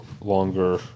longer